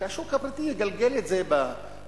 שהשוק הפרטי יגלגל את זה בבורסה,